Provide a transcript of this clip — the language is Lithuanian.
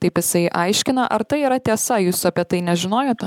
taip jisai aiškina ar tai yra tiesa jūs apie tai nežinojote